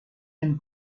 نمی